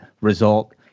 result